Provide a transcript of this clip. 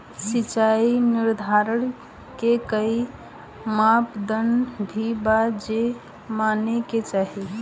सिचाई निर्धारण के कोई मापदंड भी बा जे माने के चाही?